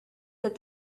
that